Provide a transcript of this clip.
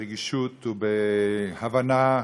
ברגישות ובהבנה,